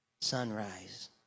sunrise